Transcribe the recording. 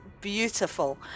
beautiful